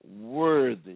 worthy